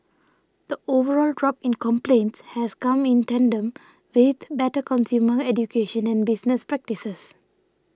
the overall drop in complaints has come in tandem with better consumer education and business practices